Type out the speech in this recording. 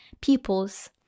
pupils